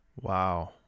Wow